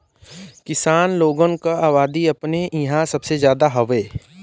किसान लोगन क अबादी अपने इंहा सबसे जादा हउवे